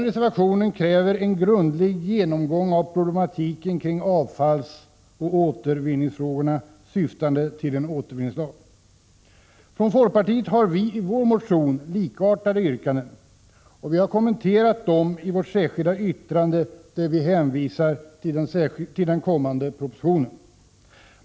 Reservationen kräver en grundlig genomgång av problematiken kring avfallsoch återvinningsfrågorna syftande till en återvinningslag. Från folkpartiet har vi i vår motion likartade yrkanden. Vi har kommenterat dessa i vårt särskilda yttrande där vi hänvisar till kommande propositionen.